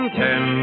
ten